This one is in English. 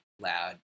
loud